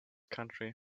country